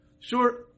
Sure